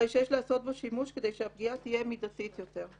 הרי שיש לעשות בו שימוש כדי שהפגיעה תהיה מידתית יותר.